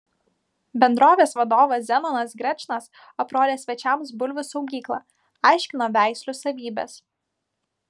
bendrovės vadovas zenonas grečnas aprodė svečiams bulvių saugyklą aiškino veislių savybes